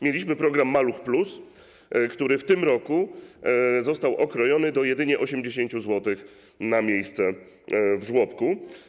Mieliśmy program „Maluch+”, który w tym roku został okrojony do jedynie 80 zł na miejsce w żłobku.